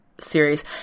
series